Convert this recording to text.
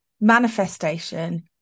manifestation